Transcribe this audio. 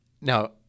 Now